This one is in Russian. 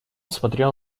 смотрел